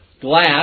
glass